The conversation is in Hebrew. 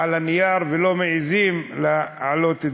על הנייר, ולא מעזים להעלות את